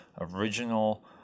original